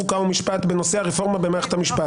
חוק ומשפט בנושא הרפורמה במערכת המשפט.